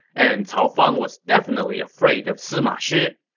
and cao fang was definitely afraid of sima shi.